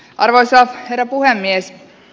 arvoisa herra puhemies